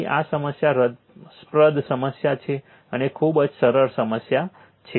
તેથી આ સમસ્યા રસપ્રદ સમસ્યા છે અને ખૂબ જ સરળ સમસ્યા છે